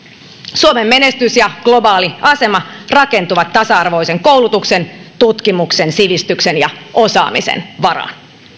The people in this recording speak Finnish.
suomen menestys ja globaali asema rakentuvat tasa arvoisen koulutuksen tutkimuksen sivistyksen ja osaamisen varaan